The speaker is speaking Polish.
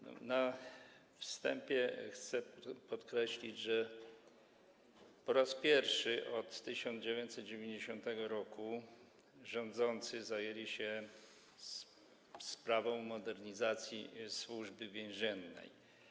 Na wstępie chciałbym podkreślić, że po raz pierwszy od 1990 r. rządzący zajęli się sprawą modernizacji Służby Więziennej.